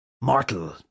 mortal